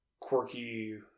Quirky